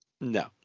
No